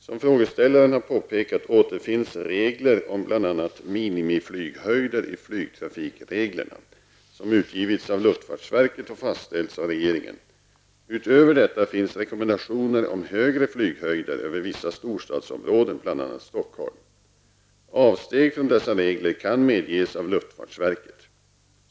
Som frågeställaren har påpekat återfinns regler om bl.a. minimiflyghöjder i flygtrafikreglerna , som utgivits av luftfartsverket och fastställts av regeringen. Utöver detta finns rekommendationer om högre flyghöjder över vissa storstadsområden, bl.a. Stockholm. Avsteg från dessa regler kan medges av luftfartsverket.